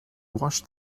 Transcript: washed